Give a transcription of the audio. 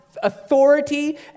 authority